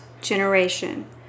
generation